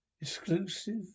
Exclusive